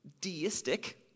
deistic